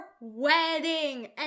wedding